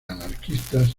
anarquistas